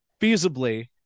feasibly